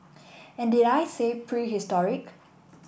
and did I say prehistoric